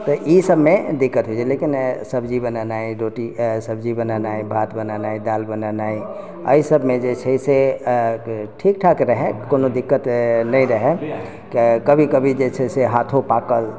तऽ ईसभमे दिक्कत होइ छै लेकिन सब्जी बनेनाइ रोटी सब्जी बनेनाइ भात बनेनाइ दालि बनेनाइ एहिसभमे जे छै से ठीक ठाक रहए कोनो दिक्कत नहि रहए कभी कभी जे छै से हाथो पाकल